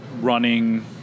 running